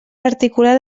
articular